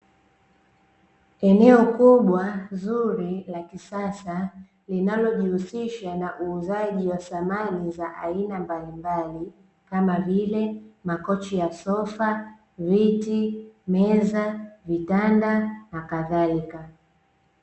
Eneo kubwa, zuri la kisasa, linalojihusisha na uuzaji wa samani za aina mbalimbali, kama vile makochi ya sofa, viti, meza vitanda nakadhalika.